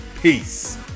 peace